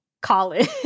college